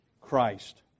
Christ